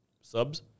Subs